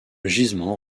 gisement